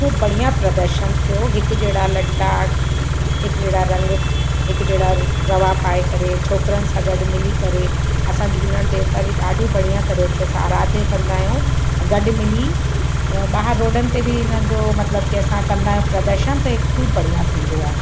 ख़ूब बढ़िया प्रदर्शन थियो हिकु जहिड़ा लट्टा हिकु जहिड़ा रंग हिकु जहिड़ा रवा पाए करे छोकिरियुनि सां गॾु मिली करे असां झूलण देवता जी ॾाढी बढ़िया तरीक़े सां अराधना कंदा आहियूं गॾु मिली ॿाहिरि रोडनि ते बि इन जो मतिलबु कि असां कंदा प्रदर्शन त हे ख़ूब बढ़िया थींदो आहे